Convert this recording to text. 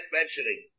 mentioning